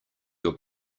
your